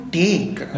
take